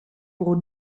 pour